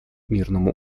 мирному